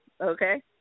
okay